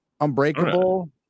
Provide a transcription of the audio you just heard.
Unbreakable